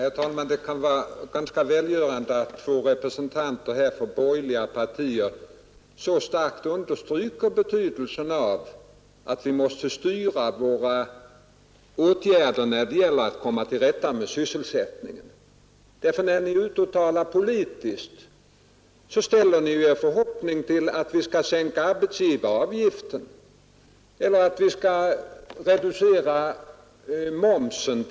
Herr talman! Det kan vara ganska välgörande att två representanter för borgerliga partier så starkt understryker betydelsen av att styra åtgärderna för att söka lösa sysselsättningsproblemen. När ni är ute och talar politiskt sätter ni er förhoppning till att vi skall sänka arbetsgivaravgiften eller tillfälligt reducera momsen.